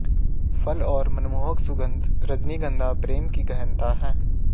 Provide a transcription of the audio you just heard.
फल और मनमोहक सुगन्ध, रजनीगंधा प्रेम की गहनता है